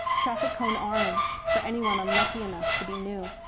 traffic cone orange for anyone unlucky enough to be new.